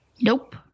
Nope